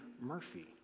Murphy